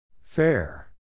Fair